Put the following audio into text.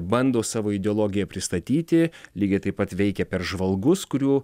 bando savo ideologiją pristatyti lygiai taip pat veikia per žvalgus kurių